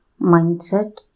mindset